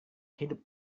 hidup